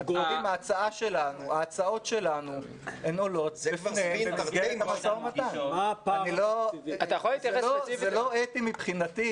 ההצעות שלנו עולות לפני ------ זה לט אתי מבחינתי,